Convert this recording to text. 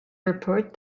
report